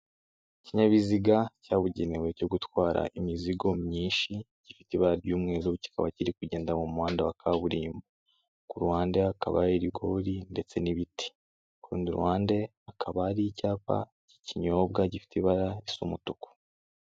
Ikinyabiziga cyabugenewe cyo gutwara imizigo myinshi, gifite ibara ry'umweru kikaba kiri kugenda mu muhanda wa kaburimbo, ku ruhande hakaba ihari ribigori ndetse n'ibiti, ku rundi ruhande akaba ari icyapa cy'ikinyobwa gifite ibara asa umutuku.